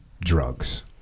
drugs